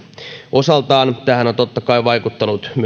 osaltaan tähän on totta kai vaikuttanut